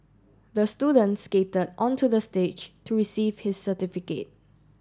the student skated onto the stage to receive his certificate